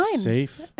safe